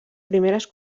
primeres